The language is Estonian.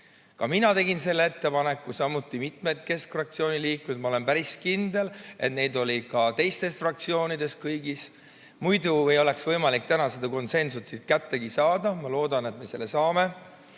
Ka mina tegin selle ettepaneku, samuti mitmed keskfraktsiooni liikmed. Ma olen päris kindel, et neid oli ka teistes fraktsioonides kõigis. Muidu ei oleks võimalik täna seda konsensust kätte saada. Ma loodan, et me selle